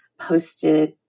posted